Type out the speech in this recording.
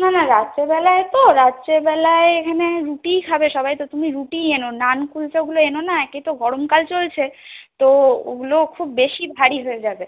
না না রাত্রে বেলায় তো রাত্রে বেলায় এখানে রুটিই খাবে সবাই তো তুমি রুটিই এনো নান কুলচা ওগুলো এনো না একেই তো গরম কাল চলছে তো ওগুলো খুব বেশি ভারি হয়ে যাবে